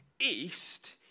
east